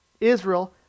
Israel